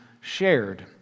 shared